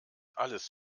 alles